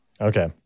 Okay